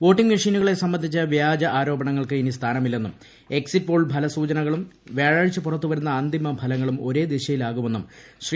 voting മെഷീനുകളെ സംബന്ധിച്ച വ്യാജ ആരോ പണങ്ങൾക്ക് ഇനി സ്ഥാനമില്ലെന്നും എക്സിറ്റ് പോൾ ഫല സൂചനകളും വ്യാഴാഴ്ച പുറത്തുവരുന്ന അന്തിമ ഫലങ്ങളും ഒരേ ദിശയിലാകുമെന്നും ശ്രീ